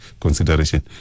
consideration